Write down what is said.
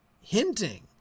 hinting